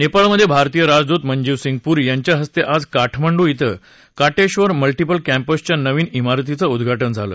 नेपाळमधे भारतीय राजदूत मंजीव सिंग पुरी यांच्या हस्ते आज काठमांडू क्वें कोटेश्वर मल्टिपल कॅम्पसच्या नवीन शिरतीचं उद्घाटन झालं